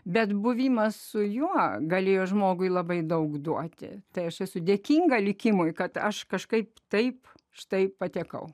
bet buvimas su juo galėjo žmogui labai daug duoti tai aš esu dėkinga likimui kad aš kažkaip taip štai patekau